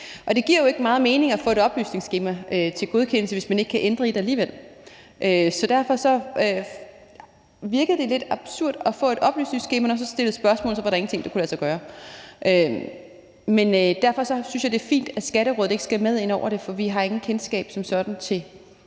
Og det giver jo ikke meget mening at få et oplysningsskema til godkendelse, hvis man ikke kan ændre i det alligevel. Så derfor virkede det lidt absurd at få et oplysningsskema, og når man så stillede spørgsmål, var der ingenting, der kunne lade sig gøre. Derfor synes jeg, det er fint, at Skatterådet ikke skal med ind over det, for vi har ingen kendskab som sådan til